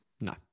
No